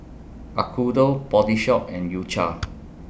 Acuto Body Shop and U Cha